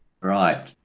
Right